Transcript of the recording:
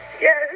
yes